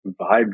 vibe